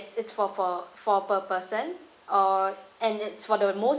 it's for for for per person or and it's for the most